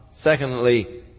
Secondly